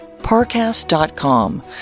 parcast.com